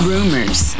Rumors